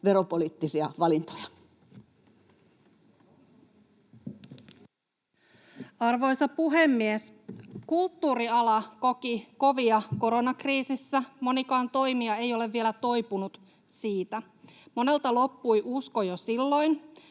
Content: Arvoisa puhemies! Kulttuuriala koki kovia koronakriisissä. Monikaan toimija ei ole vielä toipunut siitä, monelta loppui usko jo silloin,